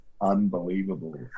unbelievable